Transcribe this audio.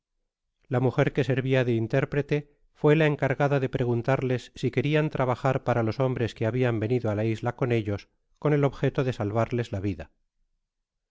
la mujer que servia de intérprete fué i a encargada de decuplarles si queiiao trabajar para los hombres que habian venido a la isla con ellos con el objeto de salvarles la vid